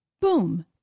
Boom